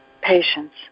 patience